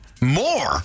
More